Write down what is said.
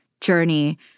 journey